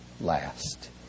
last